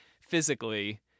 physically